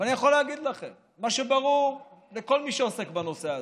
ואני יכול להגיד לכם מה שברור לכל מי שעוסק בנושא הזה,